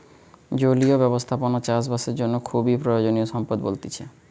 জলীয় ব্যবস্থাপনা চাষ বাসের জন্য খুবই প্রয়োজনীয় সম্পদ বলতিছে